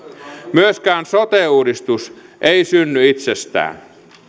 myöskään sote uudistus ei synny itsestään